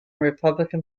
republican